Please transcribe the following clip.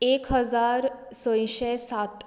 एक हजार सयशें सात